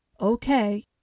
Okay